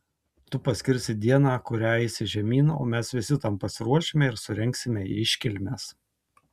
tu paskirsi dieną kurią eisi žemyn o mes visi tam pasiruošime ir surengsime iškilmes